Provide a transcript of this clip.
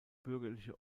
bürgerliche